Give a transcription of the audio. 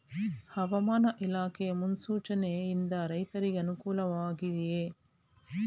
ಹವಾಮಾನ ಇಲಾಖೆ ಮುನ್ಸೂಚನೆ ಯಿಂದ ರೈತರಿಗೆ ಅನುಕೂಲ ವಾಗಿದೆಯೇ?